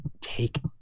take